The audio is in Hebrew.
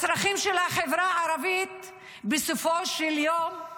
הצרכים של החברה הערבית, בסופו של יום,